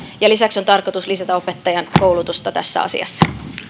ja lisäksi on tarkoitus lisätä opettajankoulutusta tässä asiassa